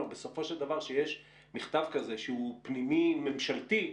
שבסופו של דבר כשיש מכתב כזה שהוא פנימי ממשלתי,